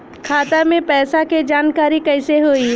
खाता मे पैसा के जानकारी कइसे होई?